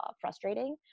frustrating